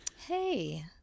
Hey